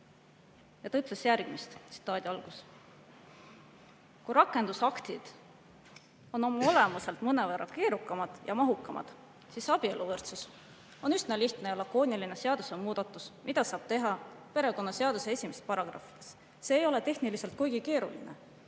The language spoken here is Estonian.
Ta ütles järgmist: "Kui rakendusaktid on oma olemuselt mõnevõrra keerukamad ja mahukamad, siis abieluvõrdsus on üsna lihtne ja lakooniline seadusemuudatus, mida saab teha perekonnaseaduse esimestes paragrahvides. See ei ole tehniliselt kuigi keeruline.